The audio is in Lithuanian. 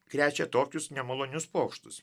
krečia tokius nemalonius pokštus